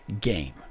game